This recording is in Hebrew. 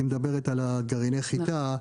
היא מדברת על גרעיני חיטה,